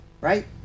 Right